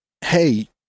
hey